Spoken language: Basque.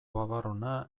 babarruna